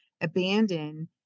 abandon